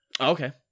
Okay